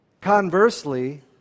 Conversely